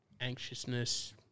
anxiousness